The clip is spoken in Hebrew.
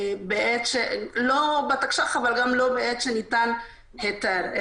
לא בתקש"ח וגם לא בעת שניתן ההיתר.